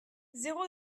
zéro